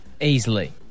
Easily